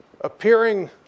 Appearing